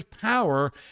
power